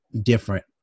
different